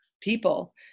people